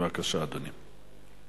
בבקשה, אדוני.